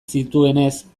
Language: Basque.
zituenez